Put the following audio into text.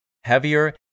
heavier